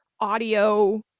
audio